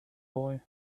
boy